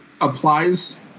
applies